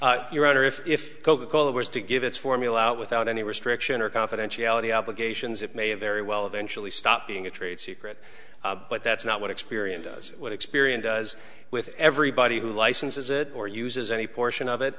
router if coca cola was to give its formula out without any restriction or confidentiality obligations it may very well eventually stop being a trade secret but that's not what experience what experience does with everybody who licenses it or uses any portion of it